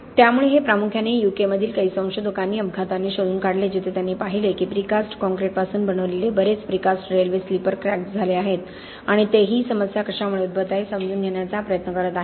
त्यामुळे हे प्रामुख्याने यूकेमधील काही संशोधकांनी अपघाताने शोधून काढले जेथे त्यांनी पाहिले की प्रीकास्ट कॉंक्रिटपासून बनविलेले बरेच प्रीकास्ट रेल्वे स्लीपर क्रॅक झाले आहेत आणि ते ही समस्या कशामुळे उद्भवत आहे हे समजून घेण्याचा प्रयत्न करीत आहेत